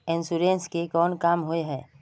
Insurance के कोन काम होय है?